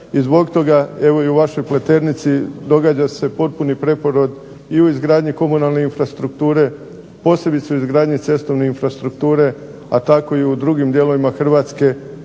i zbog toga evo i u vašoj Pleternici događa se potpuni preporod i u izgradnji komunalne infrastrukture, posebice u i izgradnji cestovne infrastrukture, a tako i u drugim dijelovima Hrvatske